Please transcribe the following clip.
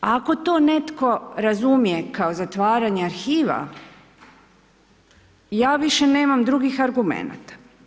Ako to netko razumije kao zatvaranje arhiva, ja više nemam drugih argumenata.